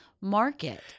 market